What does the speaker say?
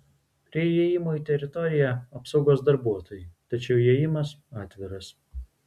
prie įėjimo į teritoriją apsaugos darbuotojai tačiau įėjimas atviras